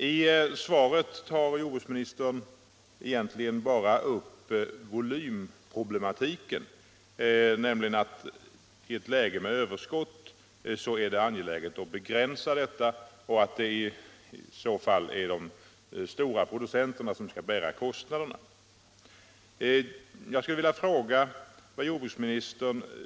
I svaret tar jordbruksministern egentligen bara upp volymproblematiken, dvs. att det i ett läge med överskott är angeläget att begränsa detta och att de stora producenterna därvid skall bära kostnaderna. Den tillgängliga produktionsvolymen bör enligt